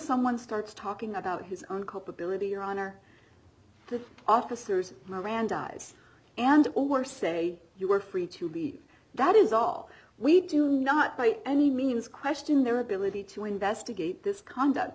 someone starts talking about his own culpability your honor the officers mirandize and all were say you were free to be that is all we do not by any means question their ability to investigate this conduct